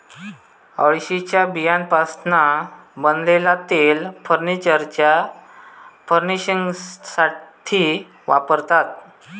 अळशीच्या बियांपासना बनलेला तेल फर्नीचरच्या फर्निशिंगसाथी वापरतत